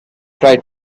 tried